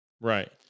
Right